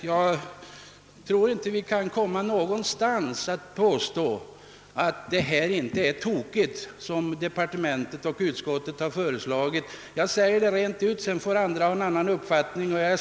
Jag tror inte vi kan komma någonstans, om vi inte påpekar att det som departementet och utskottet har föreslagit är tokigt — jag säger det rent ut, sedan får andra framföra en annan uppfattning.